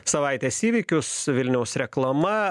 savaitės įvykius vilniaus reklama